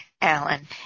Alan